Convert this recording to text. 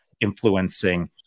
influencing